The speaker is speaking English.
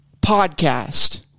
Podcast